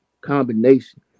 combination